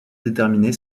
déterminée